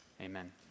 Amen